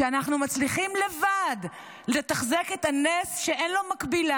שאנחנו מצליחים לבד לתחזק את הנס שאין לו מקביל,